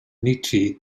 nietzsche